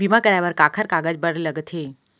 बीमा कराय बर काखर कागज बर लगथे?